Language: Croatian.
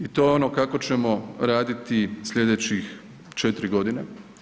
I to ono kako ćemo raditi sljedećih 4 godine.